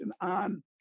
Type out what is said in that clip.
on